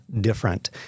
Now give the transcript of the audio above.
different